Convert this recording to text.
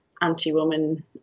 anti-woman